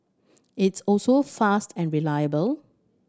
it's also fast and reliable